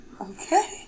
Okay